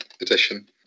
edition